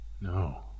No